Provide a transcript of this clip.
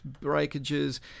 breakages